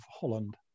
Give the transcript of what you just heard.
Holland